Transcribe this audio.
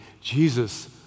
Jesus